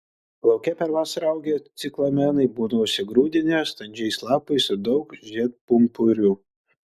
lauke per vasarą augę ciklamenai būna užsigrūdinę standžiais lapais su daug žiedpumpurių